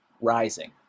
rising